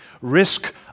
Risk